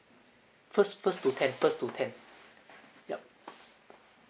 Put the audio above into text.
first first to tenth first to tenth yup